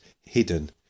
hidden